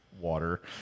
Water